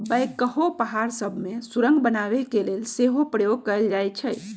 backhoe पहाड़ सभ में सुरंग बनाने के लेल सेहो प्रयोग कएल जाइ छइ